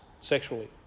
sexually